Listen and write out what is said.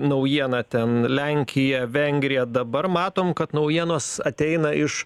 naujiena ten lenkija vengrija dabar matom kad naujienos ateina iš